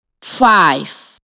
five